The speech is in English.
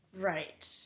Right